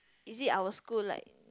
is it our school like